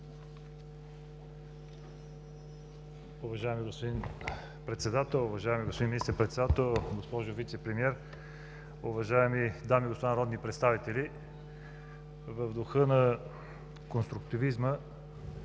Уважаеми господин Председател, уважаеми господин Министър-председател, госпожо Вицепремиер, уважаеми дами и господа народни представители! В духа на конструктивизма